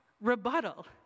rebuttal